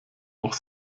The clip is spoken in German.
auch